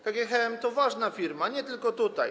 KGHM to ważna firma, nie tylko tutaj.